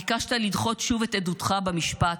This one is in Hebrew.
ביקשת לדחות שוב את עדותך במשפט,